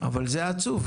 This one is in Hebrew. אבל זה עצוב.